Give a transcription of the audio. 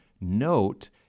note